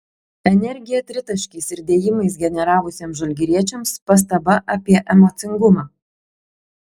energiją tritaškiais ir dėjimais generavusiems žalgiriečiams pastaba apie emocingumą